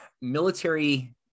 military